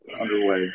underway